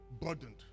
burdened